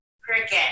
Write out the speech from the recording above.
cricket